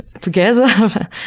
together